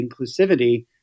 inclusivity